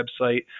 website